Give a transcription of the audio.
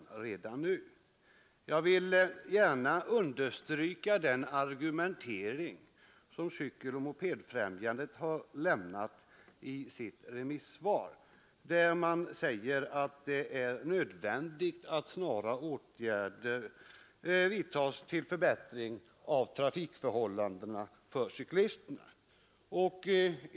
Jag vill också understryka vad Cykeloch mopedfrämjandet skriver i sitt remissvar, nämligen att det är nödvändigt att snara åtgärder vidtas till förbättring av trafikförhållandena för cyklisterna.